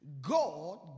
God